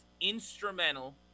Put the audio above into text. instrumental